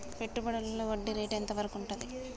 పెట్టుబడులలో వడ్డీ రేటు ఎంత వరకు ఉంటది?